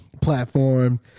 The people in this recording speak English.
platform